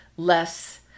less